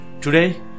Today